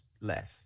left